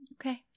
Okay